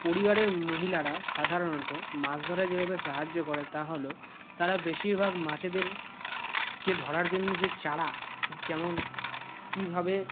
পরিবারের মহিলারা সাধারণত মাছ ধরায় যেভাবে সাহায্য করে তা হল তারা বেশিরভাগ মাছেদেরকে ধরার জন্য যে চারা যেমন কীভাবে